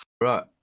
Right